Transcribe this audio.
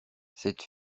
cette